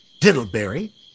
Diddleberry